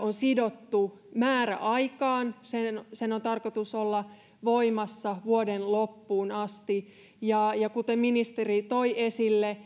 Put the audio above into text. on sidottu määräaikaan sen sen on tarkoitus olla voimassa vuoden loppuun asti ja ja kuten ministeri toi esille